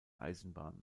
eisenbahn